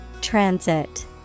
Transit